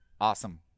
Awesome